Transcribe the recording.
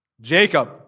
Jacob